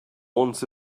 wants